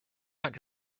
not